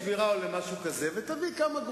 אתה יודע מה?